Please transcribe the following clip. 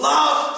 Love